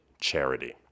charity